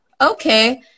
Okay